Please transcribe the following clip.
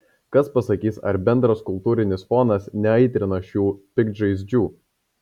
kas pasakys ar bendras kultūrinis fonas neaitrina šių piktžaizdžių